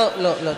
לא לא לא.